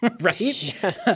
right